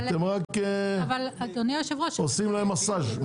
אתם רק עושים להם מסאג'.